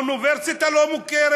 האוניברסיטה לא מוכרת.